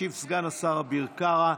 ישיב סגן השר אביר קארה.